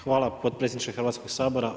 Hvala potpredsjedniče Hrvatskoga sabora.